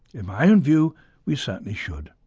in my own view we certainly should.